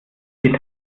die